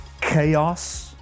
chaos